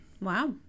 Wow